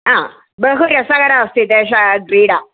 बहु रसकराः अस्ति तेषां क्रीडा